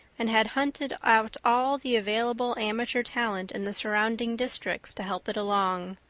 and had hunted out all the available amateur talent in the surrounding districts to help it along.